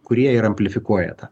kurie ir amplifikuoja tą